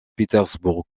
pétersbourg